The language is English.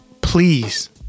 please